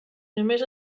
només